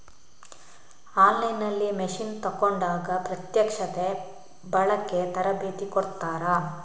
On line ನಲ್ಲಿ machine ತೆಕೋಂಡಾಗ ಪ್ರತ್ಯಕ್ಷತೆ, ಬಳಿಕೆ, ತರಬೇತಿ ಕೊಡ್ತಾರ?